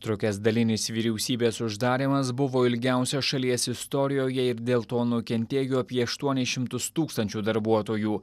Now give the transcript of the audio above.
trukęs dalinis vyriausybės uždarymas buvo ilgiausias šalies istorijoje ir dėl to nukentėjo apie aštuonis šimtus tūkstančių darbuotojų